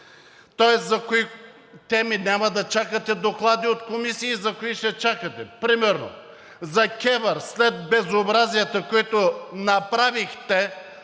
тоест за кои теми няма да чакате доклади от комисии, за кои ще чакате. Примерно за КЕВР след безобразията, които направихте,